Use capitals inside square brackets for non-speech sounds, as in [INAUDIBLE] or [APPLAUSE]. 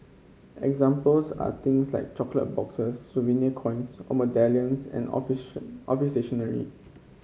examples are things like chocolate boxes souvenir coins or medallions and office [UNINTELLIGIBLE] office stationery